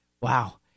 Wow